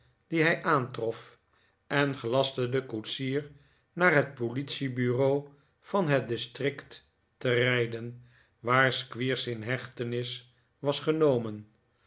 die hij aantrof en gelastte den koetsier naar het politiebureau van het district te rijden waar squeers in hechtenis was genomen